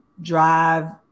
drive